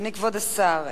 אדוני כבוד השר,